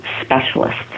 specialist